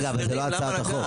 רגע, אבל זאת לא הצעת החוק.